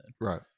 Right